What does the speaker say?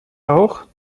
auch